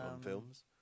films